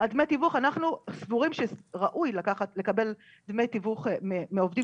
אנחנו סבורים שראוי לקבל דמי תיווך מעובדים